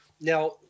Now